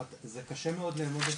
זה קשה מאוד לאמוד אותו.